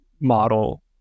model